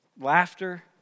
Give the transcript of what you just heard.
laughter